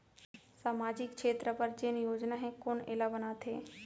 सामाजिक क्षेत्र बर जेन योजना हे कोन एला बनाथे?